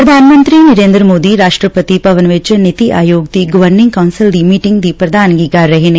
ਪ੍ਰਧਾਨਮੰਤਰੀ ਨਰੇਂਦਰ ਮੋਦੀ ਰਾਸ਼ਰਟਰਪਤੀ ਭਵਨ ਵਿੱਚ ਨੀਤੀ ਆਯੋਗ ਦੀ ਗਵਰਨਿੰਗ ਕੋਸਲ ਦੀ ਮੀਟਿੰਗ ਦੀ ਪ੍ਰਧਾਨਗੀ ਕਰ ਰਹੇ ਨੇ